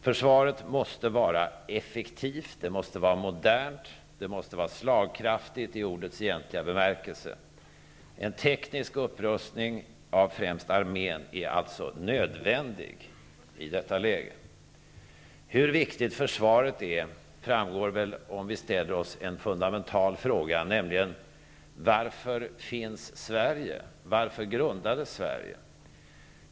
Försvaret måste vara effektivt, modernt och slagkraftigt i ordets egentliga bemärkelse. En teknisk upprustning av främst armén är alltså nödvändig i detta läge. Hur viktigt försvaret är framgår om vi ställer oss en fundamental fråga, nämligen: Varför finns Sverige? Varför grundades Sverige?